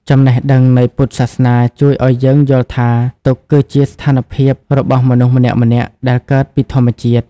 ចំណេះដឹងនៃពុទ្ធសាសនាជួយឲ្យយើងយល់ថាទុក្ខគឺជាស្ថានភាពរបស់មនុស្សម្នាក់ៗដែរកើតពីធម្មជាតិ។